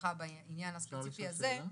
והרווחה בעניין הספציפי הזה.